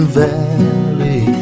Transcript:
valley